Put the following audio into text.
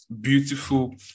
beautiful